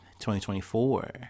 2024